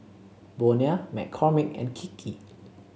Bonia McCormick and Kiki